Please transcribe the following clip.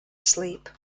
sleep